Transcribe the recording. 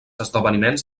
esdeveniments